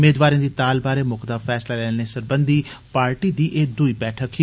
मेदवारें दी ताल बारै मुकदा फैसला लैने सरबंधी पार्टी दी एह दुई बैठक ही